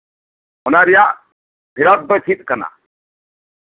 ᱚᱱᱟ ᱨᱮᱭᱟᱜ ᱯᱷᱮᱰᱟᱛ ᱫᱚ ᱪᱮᱫ ᱠᱟᱱᱟ